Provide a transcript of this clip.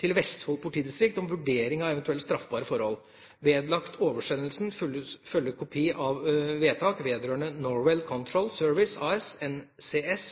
til Vestfold politidistrikt om vurdering av eventuelle straffbare forhold. Vedlagt oversendelsen fulgte kopi av vedtak vedrørende Norweld control service as